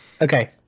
Okay